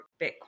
Bitcoin